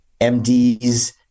MDs